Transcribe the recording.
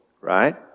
right